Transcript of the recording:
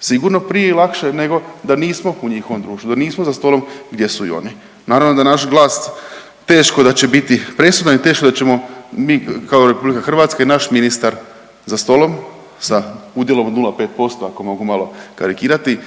Sigurno prije i lakše nego da nismo u njihovom društvu, da nismo za stolom gdje su i oni. Naravno da naš glas teško da će biti presudan i teško da ćemo mi kao Republika Hrvatska i naš ministar za stolom sa udjelom od 0,5% ako mogu malo karikirati